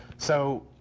so